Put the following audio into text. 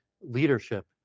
leadership